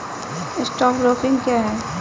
Stock broking क्या है?